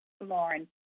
Lauren